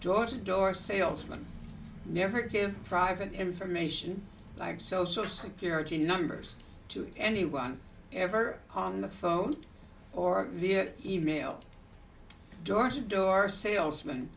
georgia door salesman never give private information like social security numbers to anyone ever on the phone or via e mail door to door salesm